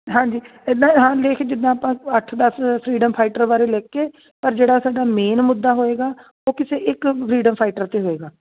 ਹਾਂਜੀ ਇੱਦਾਂ ਲਿਖ ਜਿੱਦਾਂ ਆਪਾਂ ਅੱਠ ਦਸ ਫਰੀਡਮ ਫਾਈਟਰ ਬਾਰੇ ਲਿਖ ਕੇ ਪਰ ਜਿਹੜਾ ਸਾਡਾ ਮੇਨ ਮੁੱਦਾ ਹੋਏਗਾ ਉਹ ਕਿਸੇ ਇੱਕ ਫਰੀਡਮ ਫਾਈਟਰ 'ਤੇ ਹੋਏਗਾ